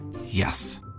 Yes